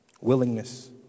Willingness